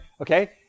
okay